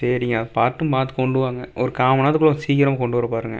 சரிங்க பார்த்தும் பார்த்து கொண்டு வாங்க ஒரு கால்மண் நேரத்துக்குள்ளே கொஞ்சம் சீக்கிரம் கொண்டு வர பாருங்கள்